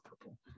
purple